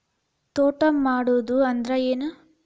ತೋಟ ಮಾಡುದು ಅಂದ್ರ ಏನ್?